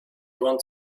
want